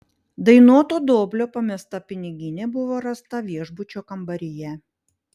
dainoto doblio pamesta piniginė buvo rasta viešbučio kambaryje